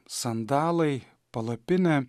sandalai palapinė